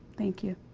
thank you.